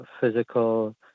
physical